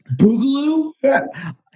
boogaloo